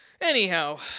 Anyhow